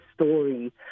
story